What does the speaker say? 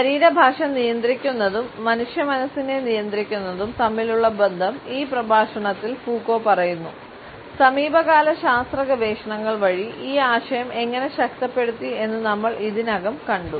ശരീരഭാഷ നിയന്ത്രിക്കുന്നതും മനുഷ്യ മനസ്സിനെ നിയന്ത്രിക്കുന്നതും തമ്മിലുള്ള ബന്ധം ഈ പ്രഭാഷണത്തിൽ ഫൂക്കോ പറയുന്നു സമീപകാല ശാസ്ത്ര ഗവേഷണങ്ങൾ വഴി ഈ ആശയം എങ്ങനെ ശക്തിപ്പെടുത്തി എന്ന് നമ്മൾ ഇതിനകം കണ്ടു